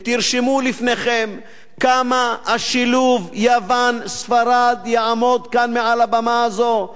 ותרשמו לפניכם כמה השילוב יוון ספרד יעמוד כאן מעל הבמה הזאת,